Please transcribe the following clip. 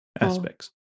aspects